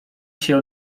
się